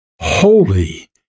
Holy